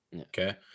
okay